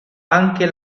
anche